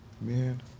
Man